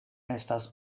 estas